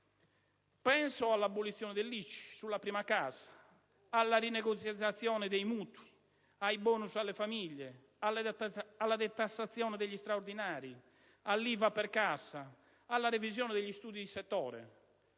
Penso all'abolizione dell'ICI sulla prima casa, alla rinegoziazione dei mutui, ai *bonus* alle famiglie, alla detassazione degli straordinari, all'IVA per cassa, alla revisione degli studi di settore.